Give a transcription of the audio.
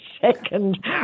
second